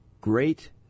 great